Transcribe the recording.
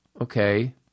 okay